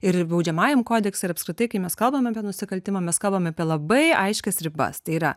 ir baudžiamajam kodekse ir apskritai kai mes kalbam apie nusikaltimą mes kalbam apie labai aiškias ribas tai yra